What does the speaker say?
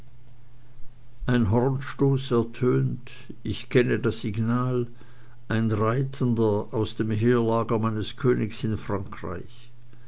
ein hornstoß ertönt ich kenne das signal ein reitender aus dem heerlager meines königs in frankreich